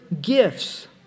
gifts